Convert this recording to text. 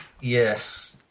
Yes